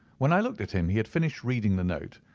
when i looked at him he had finished reading the note,